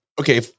Okay